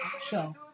show